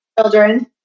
children